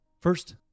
first